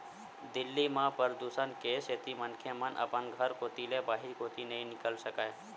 दिल्ली म परदूसन के सेती मनखे मन अपन घर कोती ले बाहिर कोती नइ निकल सकय